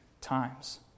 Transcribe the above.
times